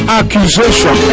accusation